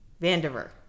Vandiver